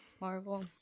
Marvel